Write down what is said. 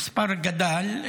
המספר גדל,